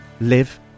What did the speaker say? live